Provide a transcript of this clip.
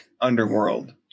underworld